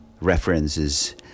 references